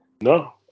No